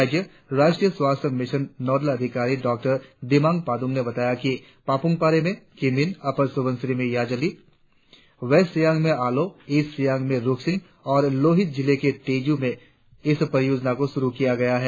राज्य राष्ट्रीय स्वास्थ्य मिशन नॉडल अधिकारी डॉ दिमांग पादुंग ने बताया कि पापुम पारे में किमिन अपार सुबनसिरि में याजाली वेस्ट सियांग में आलो इस्ट सियांग में रुकसिन और लोहित जिले के तेजू में इस परियोजना को शुरु किया गया है